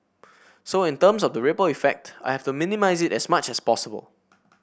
so in terms of the ripple effect I have to minimise it as much as possible